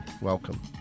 welcome